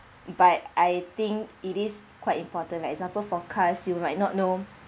but I think it is quite important like example forecast you might not know